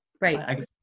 Right